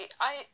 I-